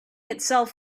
itself